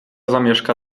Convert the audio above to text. zamieszka